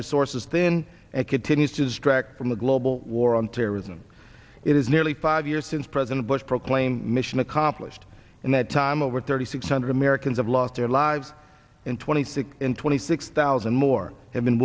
resources thin and continues to distract from the global war on terrorism it is nearly five years since president bush proclaimed mission accomplished in that time over thirty six hundred americans have lost their lives and twenty six in twenty six thousand more have been